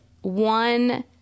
one